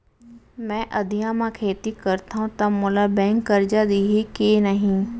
मैं अधिया म खेती करथंव त मोला बैंक करजा दिही के नही?